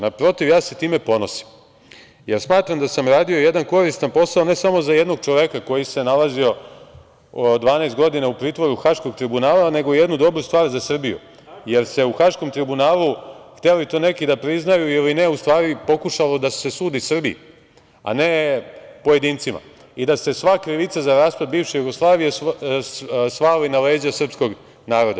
Naprotiv, ja se time ponosim, jer smatram da sam radio jedan koristan posao ne samo za jednog čoveka koji se nalazio 12 godina u pritvoru Haškog tribunala, nego jednu dobru stvar za Srbiju, jer se u Haškom tribunalu, hteli to neki da priznaju ili ne, u stvari pokušalo da se sudi Srbiji, a ne pojedincima i da se sva krivica za raspad bivše Jugoslavije svali na leđa srpskog naroda.